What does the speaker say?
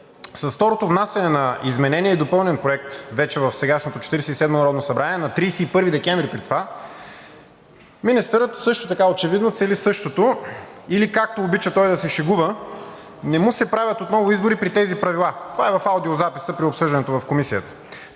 С второто внасяне на изменения и допълнен проект вече в сегашното Четиридесет и седмо народно събрание, на 31 декември при това, министърът също така очевидно цели същото, или както обича той да се шегува, не му се правят отново избори при тези правила – това е в аудиозаписа при обсъждането в Комисията,